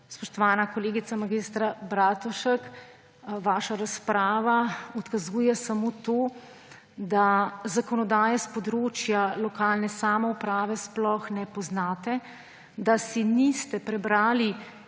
Spoštovana kolegica mag. Bratušek, vaša razprava odkazuje samo to, da zakonodaje s področja lokalne samouprave sploh ne poznate, da si niste prebrali